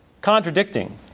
contradicting